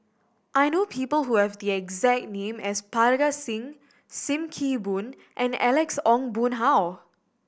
I know people who have the exact name as Parga Singh Sim Kee Boon and Alex Ong Boon Hau